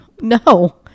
No